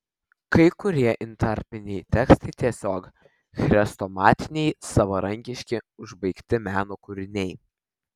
kai kurie intarpiniai tekstai tiesiog chrestomatiniai savarankiški užbaigti meno kūriniai